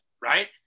right